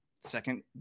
Second